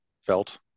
felt